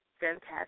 fantastic